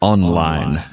Online